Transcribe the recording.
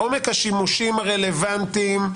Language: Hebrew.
עומק השימושים הרלוונטיים,